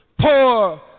Poor